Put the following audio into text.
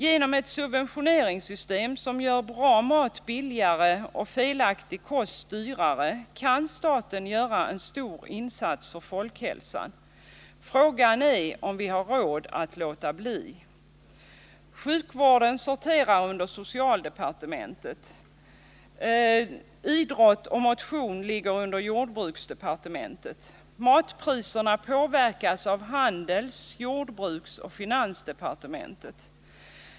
Genom ett subventioneringssystem som gör bra mat billigare och dålig mat dyrare kan staten göra en stor insats för folkhälsan. Frågan är om vi har råd att låta bli. Sjukvården sorterar under socialdepartementet, idrott och motion ligger under jordbruksdepartementet. Matpriserna påverkas av handels-, jordbruksoch finansdepartementet.